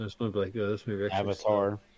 Avatar